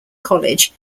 college